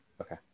Okay